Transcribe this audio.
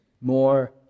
more